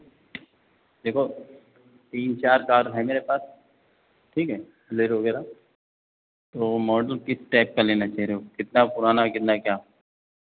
देखो तीन चार कार हैं मेरे पास ठीक है बोलेरो वगैरह तो मॉडल किस टाइप का लेना चाह रहे हो कितना पुराना कितना क्या